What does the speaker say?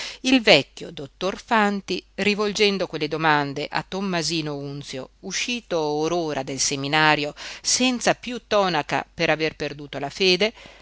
il vecchio dottor fanti rivolgendo quelle domande a tommasino unzio uscito or ora dal seminario senza piú tonaca per aver perduto la fede